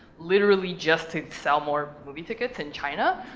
literally just to sell more movie tickets in china,